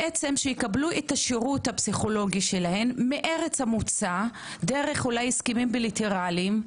שיקבלו את השירות הפסיכולוגי שלהן מארץ המוצא דרך הסכמים בליטריאליים.